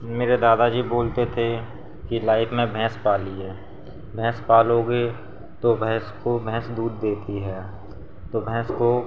मेरे दादा जी बोलते थे कि लाइफ में भैंस पालिए भैंस पालोगे तो भैंस को भैंस दूध देती है तो भैंस को